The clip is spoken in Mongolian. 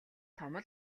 том